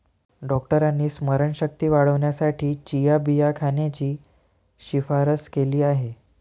डॉक्टरांनी स्मरणशक्ती वाढवण्यासाठी चिया बिया खाण्याची शिफारस केली आहे